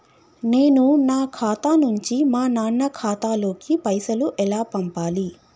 నేను నా ఖాతా నుంచి మా నాన్న ఖాతా లోకి పైసలు ఎలా పంపాలి?